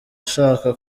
ashaka